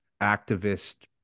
activist